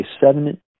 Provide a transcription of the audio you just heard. seven